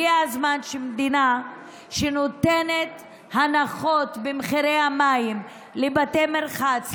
הגיע הזמן שמדינה שנותנת הנחות במחירי המים לבתי מרחץ,